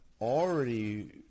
already